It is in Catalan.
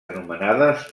anomenades